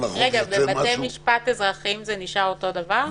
בבתי משפט אזרחיים זה נשאר אותו דבר?